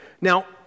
now